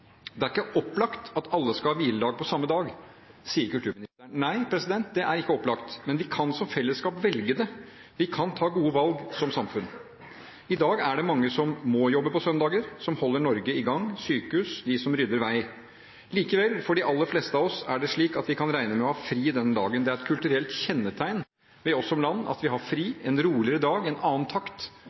Det er ikke opplagt at alle skal ha hviledag på samme dag, sier kulturministeren. Nei, det er ikke opplagt, men vi kan som fellesskap velge det. Vi kan ta gode valg som samfunn. I dag er det mange som må jobbe på søndager, og som holder Norge i gang: sykehus, de som rydder vei. Likevel er det slik for de aller fleste av oss at vi kan regne med å ha fri den dagen. Det er et kulturelt kjennetegn ved landet vårt at vi har fri, en roligere dag, en annen takt